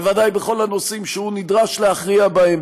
בוודאי בכל הנושאים שהוא נדרש להכריע בהם,